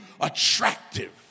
attractive